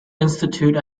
institute